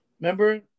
remember